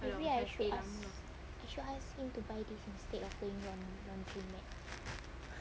maybe I should ask I should ask him to buy this instead of paying on laundry mat